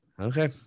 Okay